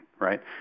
Right